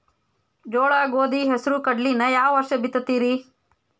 ಜೋಳ, ಗೋಧಿ, ಹೆಸರು, ಕಡ್ಲಿನ ಯಾವ ವರ್ಷ ಬಿತ್ತತಿರಿ?